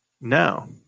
No